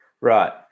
Right